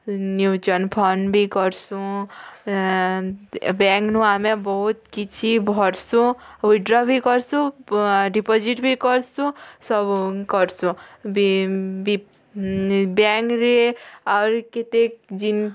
mutual fund ବି କର୍ସୁଁ ବ୍ୟାଙ୍କ୍ନୁ ଆମେ ବହୁତ କିଛି କର୍ସୁଁ ଉଇଡ୍ର ବି କର୍ସୁଁ ଡ଼ିପୋଜିଟ୍ ବି କର୍ସୁଁ ସବୁ କର୍ସୁଁ ବ୍ୟାଙ୍କରେ ଆହୁରି କେତେ ଜିନ୍